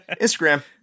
Instagram